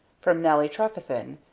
from nelly trefethen,